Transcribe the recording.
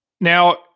now